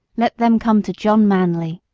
let them come to john manly.